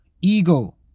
ego